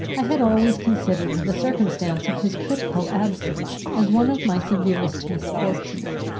i had always considered the circumstance of his critical absence as one of my severest misfortunes.